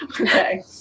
okay